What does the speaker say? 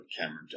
Cameron